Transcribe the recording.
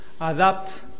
Adapt